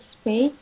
space